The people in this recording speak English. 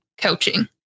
coaching